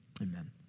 amen